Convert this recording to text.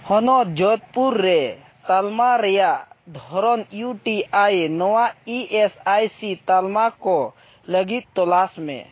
ᱦᱚᱱᱚᱛ ᱡᱳᱫᱷᱯᱩᱨ ᱨᱮ ᱛᱟᱞᱢᱟ ᱨᱮᱭᱟᱜ ᱫᱷᱚᱨᱚᱱ ᱤᱭᱩ ᱴᱤ ᱟᱭ ᱱᱚᱣᱟ ᱤ ᱮᱥ ᱟᱭ ᱥᱤ ᱛᱟᱞᱢᱟ ᱠᱚ ᱞᱟᱹᱜᱤᱫ ᱛᱚᱞᱟᱥᱢᱮ